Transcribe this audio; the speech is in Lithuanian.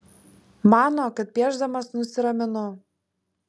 mano kad piešdamas nusiraminu